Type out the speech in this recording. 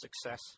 success